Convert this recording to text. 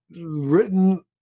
written